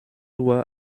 uhr